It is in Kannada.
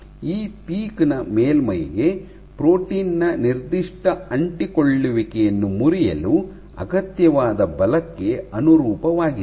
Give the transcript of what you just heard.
ಈ ಪೀಕ್ ನ ಮೇಲ್ಮೈಗೆ ಪ್ರೋಟೀನ್ ನ ನಿರ್ದಿಷ್ಟ ಅಂಟಿಕೊಳ್ಳುವಿಕೆಯನ್ನು ಮುರಿಯಲು ಅಗತ್ಯವಾದ ಬಲಕ್ಕೆ ಅನುರೂಪವಾಗಿದೆ